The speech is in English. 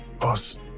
Boss